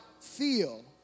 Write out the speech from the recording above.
feel